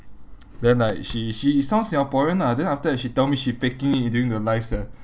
then like she she it sounds singaporean lah then after that she tell me she faking it during her live sia